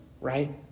Right